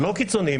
לא קיצוניים.